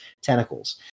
tentacles